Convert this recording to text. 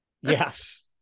Yes